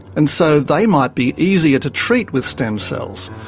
and so they might be easier to treat with stem cells.